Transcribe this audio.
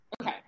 okay